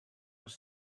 was